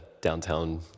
downtown